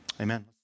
Amen